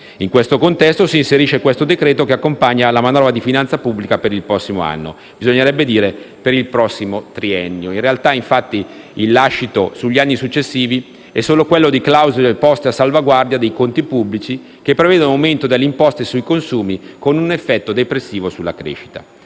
In questo contesto si inserisce questo decreto-legge, che accompagna la manovra di finanza pubblica per il prossimo anno. Bisognerebbe dire per il prossimo triennio. In realtà, il lascito sugli anni successivi è solo quello di clausole poste a salvaguardia dei conti pubblici che prevedono aumenti delle imposte sui consumi, con un effetto depressivo sulla crescita.